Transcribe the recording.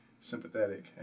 sympathetic